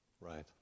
Right